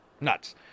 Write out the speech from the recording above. nuts